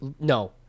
No